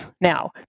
Now